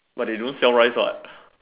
but they don't sell rice what